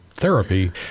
therapy